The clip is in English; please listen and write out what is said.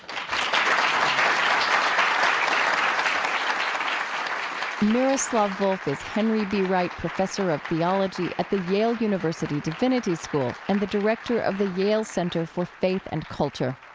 miroslav volf is henry b. wright professor of theology at the yale university divinity school and the director of the yale center for faith and culture.